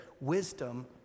wisdom